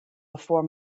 before